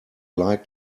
like